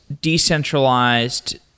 decentralized